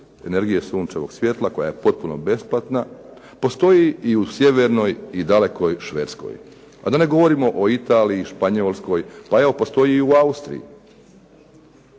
energije sunčevog svjetla koja je potpuno besplatna postoji i u sjevernoj i dalekoj Švedskoj, a da ne govorimo o Italiji, Španjolskoj, pa evo postoji i u Austriji.